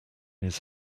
his